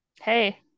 Hey